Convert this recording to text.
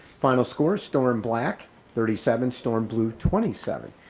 final scores storm black thirty seven storm blue twenty seven.